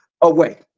away